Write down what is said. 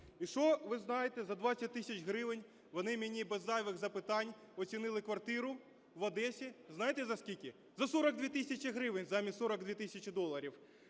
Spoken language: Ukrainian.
І що, ви знаєте, за 20 тисяч гривень вони мені без зайвих запитань оцінили квартиру в Одесі, знаєте за скільки? За 42 тисячі гривень замість 42 тисячі доларів.